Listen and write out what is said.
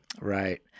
Right